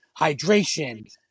hydration